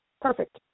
Perfect